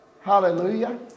Hallelujah